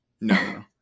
No